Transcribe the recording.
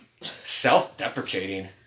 self-deprecating